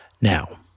Now